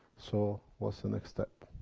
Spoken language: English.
so, what's the next step?